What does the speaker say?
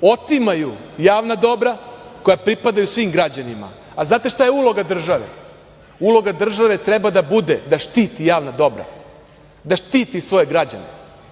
otimaju javna dobra koja pripadaju svim građanima. A da li znate šta je uloga države? Uloga države treba da bude da štiti javna dobra, da štiti svoje građane,